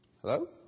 Hello